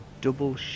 double